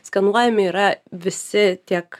skanuojami yra visi tiek